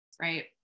right